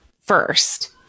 first